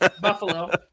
Buffalo